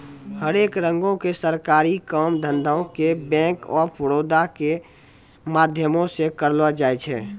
हरेक रंगो के सरकारी काम धंधा के बैंक आफ बड़ौदा के माध्यमो से करलो जाय छै